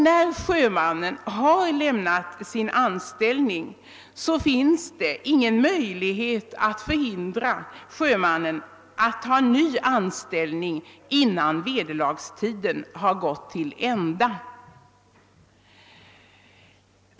När sjömannen har gjort detta finns det ingen möjlighet att hindra honom från att ta en ny anställning innan vederlagsfritiden har gått till ända.